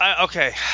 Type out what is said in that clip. okay